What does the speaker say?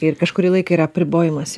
ir kažkurį laiką yra apribojimas